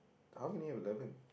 how can we have eleven